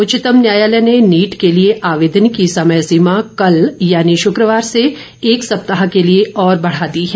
उच्चतम न्यायालय ने नीट के लिए आवेदन की समय सीमा कल यानी शुक्रवार से एक सप्ताह के लिए और बढ़ा दी है